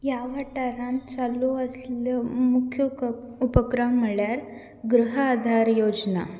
ह्या वाठारांत चालू आसल्यो मुख्य उपक्रम म्हणल्यार गृह आदार योजना